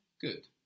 Good